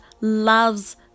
loves